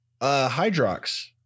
Hydrox